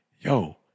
yo